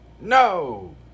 no